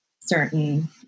certain